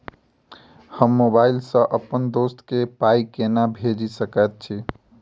हम मोबाइल सअ अप्पन दोस्त केँ पाई केना भेजि सकैत छी?